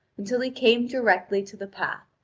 until he came directly to the path,